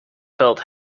felt